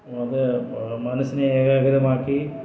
അത് മനസ്സിനെ ഏകാഗ്രമാക്കി